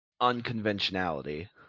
unconventionality